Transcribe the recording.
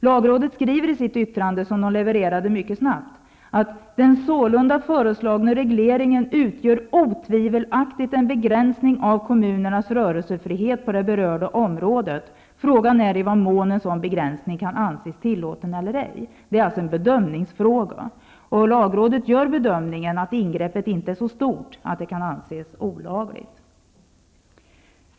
Lagrådet skriver i sitt yttrande, som de levererade mycket snabbt, att: ''Den sålunda föreslagna regleringen utgör otvivelaktigt en begränsning av kommunernas rörelsefrihet på det berörda området. Frågan är i vad mån en sådan begränsning kan anses tillåten eller ej.'' Det är alltså en bedömningsfråga. Lagrådet gör bedömningen att ingreppet inte är så stort att det kan anses olagligt.